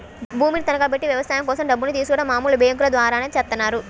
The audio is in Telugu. భూమిని తనఖాబెట్టి వ్యవసాయం కోసం డబ్బుల్ని తీసుకోడం మామూలు బ్యేంకుల ద్వారానే చేత్తన్నారు